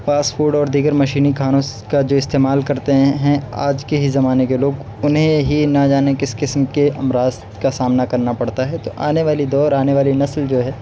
fast food اور دیگر مشینی کھانوں کا جو استعمال کرتے ہیں ہیں آج کے ہی زمانے کے لوگ انہیں ہی نہ جانے کس قسم کے امراض کا سامنا کرنا پڑتا ہے تو آنے والی دور آنے والی نسل جو ہے